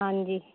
ਹਾਂਜੀ